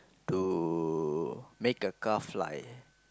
to make a car fly